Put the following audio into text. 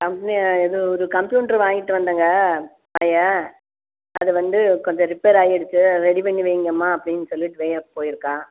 இது ஒரு கம்பியூட்டரு வாங்கிட்டு வந்தாங்க பையன் அது வந்து கொஞ்சம் ரிப்பேராயிருக்கு ரெடி பண்ணி வைங்கம்மா அப்படின்னு சொல்லிட்டு பையன் போயிருக்கான்